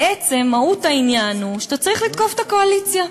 בעצם מהות העניין היא שאתה צריך לתקוף את הקואליציה,